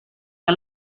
que